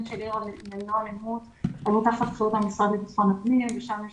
של עיר ללא אלימות היו תחת המשרד לביטחון הפנים ושם יש